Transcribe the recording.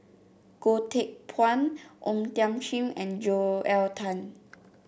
Goh Teck Phuan O Thiam Chin and Joel Tan